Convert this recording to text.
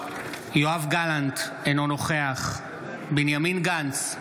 בעד יואב גלנט, אינו נוכח בנימין גנץ,